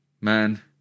Man